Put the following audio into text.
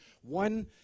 one